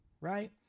right